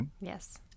Yes